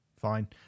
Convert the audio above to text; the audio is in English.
fine